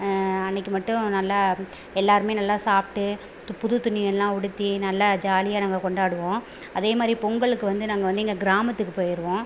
அன்னைக்கி மட்டும் நல்லா எல்லாருமே நல்லா சாப்பிட்டு புது துணியெல்லாம் உடுத்தி நல்லா ஜாலியாக நாங்கள் கொண்டாடுவோம் அதேமாதிரி பொங்கலுக்கு வந்து நாங்கள் வந்து எங்கள் கிராமத்துக்கு போயிடுவோம்